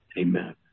Amen